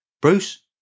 Bruce